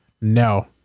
No